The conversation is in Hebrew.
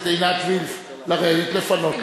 עינת וילף לרדת, לפנות לך.